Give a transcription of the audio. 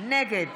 נגד